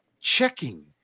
checking